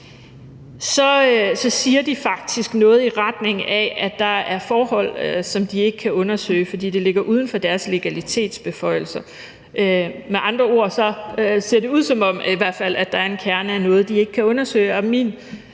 så siger tilsynet faktisk noget i retning af, at der forhold, som de ikke kan undersøge, fordi det ligger uden for deres legalitetsbeføjelser. Med andre ord ser det ud, som om der i hvert fald er en kerne af noget, de ikke kan undersøge,